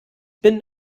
bin